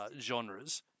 genres